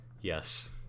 Yes